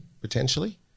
potentially